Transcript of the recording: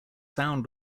sound